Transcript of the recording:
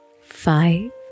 five